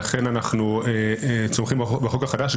לכן אנחנו תומכים בחוק החדש.